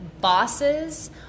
bosses